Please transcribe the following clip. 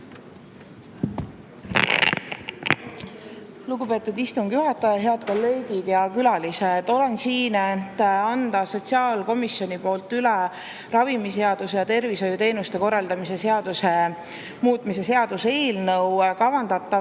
Lugupeetud istungi juhataja! Head kolleegid ja külalised! Olen siin, et anda sotsiaalkomisjoni poolt üle ravimiseaduse ja tervishoiuteenuste korraldamise seaduse muutmise seaduse eelnõu. Kavandatavate